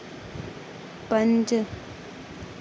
पंज